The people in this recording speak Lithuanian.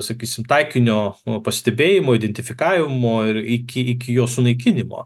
sakysim taikinio pastebėjimo identifikavimo ir iki iki jo sunaikinimo